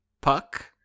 Puck